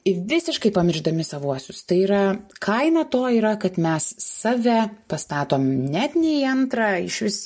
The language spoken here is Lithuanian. į visiškai pamiršdami savuosius tai yra kaina to yra kad mes save pastatom net ne į antrą išvis